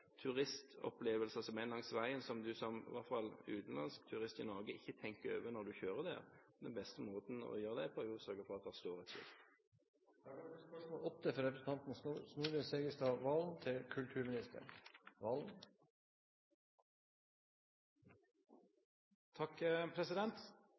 turistopplevelser som er langs veien, som en i hvert fall som utenlandsk turist ikke tenker over når en kjører der. Den beste måten å gjøre det på, er å sørge for at det står et skilt der. «Kulturministeren ringte 11. februar styrelederen ved Museene i Sør-Trøndelag som følge av omtalen av Fremskrittspartiet i vårprogrammet til